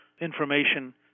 information